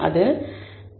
அது "0